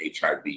HIV